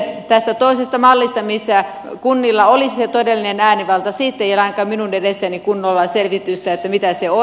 tästä toisesta mallista missä kunnilla olisi se todellinen äänivalta ei ole ainakaan minun edessäni kunnolla selvitystä mitä se on